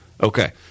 Okay